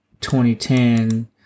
2010